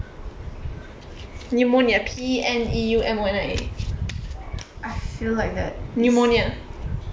I feel like that is